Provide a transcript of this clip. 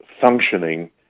functioning